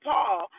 Paul